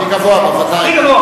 הכי גבוה, בוודאי.